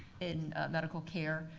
in medical care,